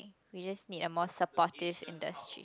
we just need a more supportive industry